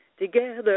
together